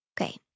Okay